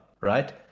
right